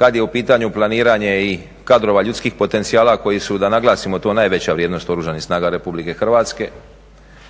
kad je u pitanju planiranje i kadrova ljudskih potencijala koji su da naglasimo to najveća vrijednost Oružanih snaga Republike Hrvatske.